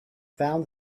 found